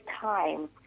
time